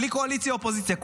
בלי קואליציה אופוזיציה,